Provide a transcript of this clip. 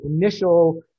initial